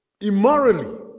immorally